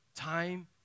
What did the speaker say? Time